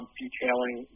detailing